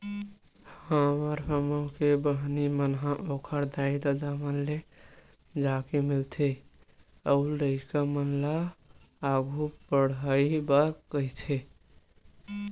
हमर समूह के बहिनी मन ह ओखर दाई ददा मन ले जाके मिलथे अउ लइका मन ल आघु पड़हाय बर कहिथे